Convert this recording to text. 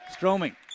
Stroming